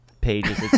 pages